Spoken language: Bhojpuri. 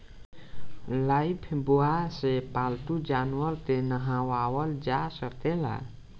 लाइफब्वाय से पाल्तू जानवर के नेहावल जा सकेला